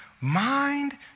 Mind